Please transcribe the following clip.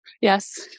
Yes